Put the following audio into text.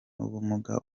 n’ubumuga